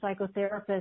psychotherapist